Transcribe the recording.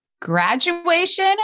Graduation